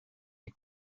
des